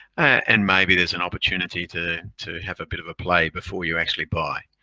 and maybe there's an opportunity to to have a bit of a play before you actually buy.